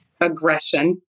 aggression